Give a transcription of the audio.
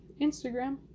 instagram